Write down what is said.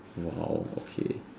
!wow! okay